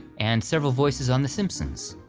and several voices on the simpsons.